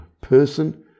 person